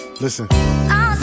Listen